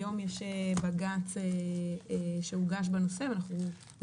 היום יש בג"ץ שהוגש בנושא ואנחנו גם